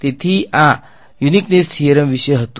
તેથી આ વિશિષ્ટતા થીયરમ વિશે હતું